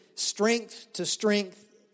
strength-to-strength